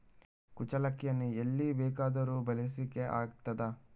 ಕುಚ್ಚಲಕ್ಕಿಯನ್ನು ಎಲ್ಲಿ ಬೇಕಾದರೂ ಬೆಳೆಸ್ಲಿಕ್ಕೆ ಆಗ್ತದ?